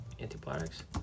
antibiotics